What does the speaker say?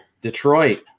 Detroit